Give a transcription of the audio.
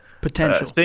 potential